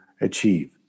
achieve